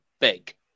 big